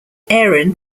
aaron